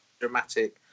Dramatic